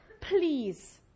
Please